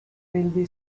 railway